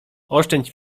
oszczędź